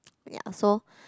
ya so